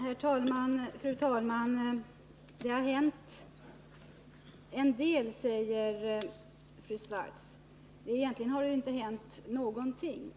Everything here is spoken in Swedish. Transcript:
Fru talman! Det har hänt en del, säger fru Swartz. Egentligen har det inte hänt någonting.